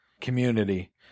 community